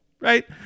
right